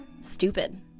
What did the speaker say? stupid